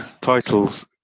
Titles